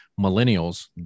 millennials